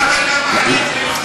אבל למה אתה,